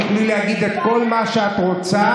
תוכלי להגיד את כל מה שאת רוצה.